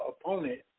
opponent